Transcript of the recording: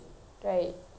I don't know